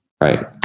Right